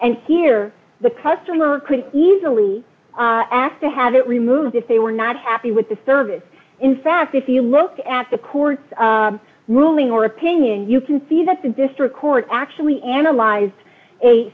and here the customer could easily ask to have it removed if they were not happy with the service in fact if you look at the court's ruling or opinion you can see that the district court actually analyzed a